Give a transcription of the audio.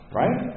right